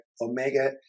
Omega